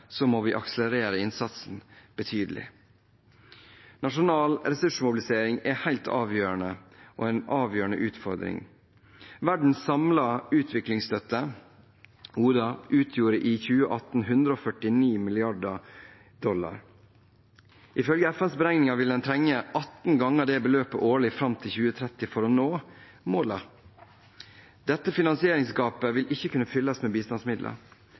må vi akselerere innsatsen betydelig. Nasjonal ressursmobilisering er en helt avgjørende utfordring. Verdens samlede utviklingsstøtte – ODA – utgjorde i 2018 149 mrd. dollar. Ifølge FNs beregninger vil man trenge 18 ganger dette beløpet årlig fram til 2030 for å nå målene. Dette finansieringsgapet vil ikke kunne fylles med bistandsmidler.